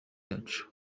yacu